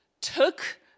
took